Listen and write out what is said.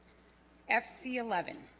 fc eleven